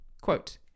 quote